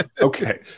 Okay